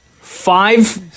five